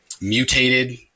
mutated